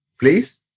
Please